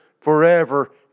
forever